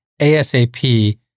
ASAP